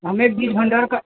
हमें बीज भंडार का